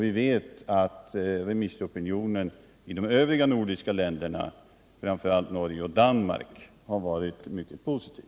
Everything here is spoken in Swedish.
Vi vet att remissopinionen i de övriga nordiska länderna, framför allt Norge och Danmark, har varit mycket positiv.